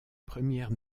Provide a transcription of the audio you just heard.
premières